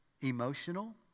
emotional